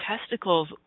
testicles